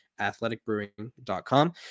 athleticbrewing.com